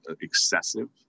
excessive